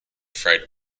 freight